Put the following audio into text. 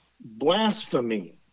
Blasphemy